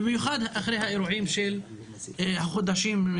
במיוחד אחרי האירועים של חודש מאי